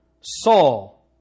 Saul